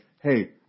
hey